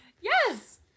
yes